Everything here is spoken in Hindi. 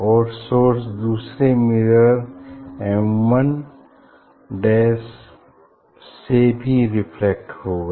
और सोर्स दूसरे मिरर एम वन डैश से भी रिफ्लेक्ट होगा